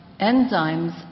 enzymes